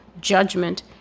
judgment